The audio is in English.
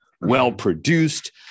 Well-produced